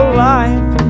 life